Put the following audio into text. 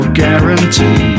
guarantee